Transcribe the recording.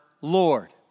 Lord